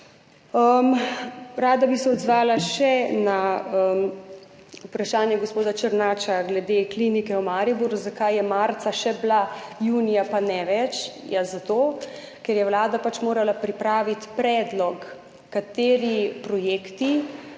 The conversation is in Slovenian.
Rada bi se odzvala še na vprašanje gospoda Černača glede klinike v Mariboru, zakaj je marca še bila, junija pa ne več. Ja zato ker je Vlada pač morala pripraviti predlog, kateri projekti